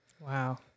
Wow